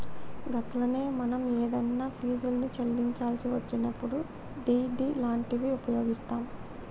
గట్లనే మనం ఏదన్నా ఫీజుల్ని చెల్లించాల్సి వచ్చినప్పుడు డి.డి లాంటివి ఉపయోగిస్తాం